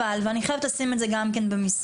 אבל ואני חייבת לשים את זה גם כן במסגרת,